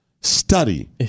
study